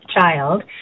child